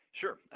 Sure